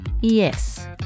yes